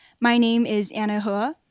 my name is anna hua.